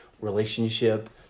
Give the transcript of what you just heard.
relationship